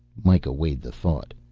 mikah weighed the thought.